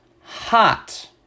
hot